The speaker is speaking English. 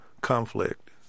conflict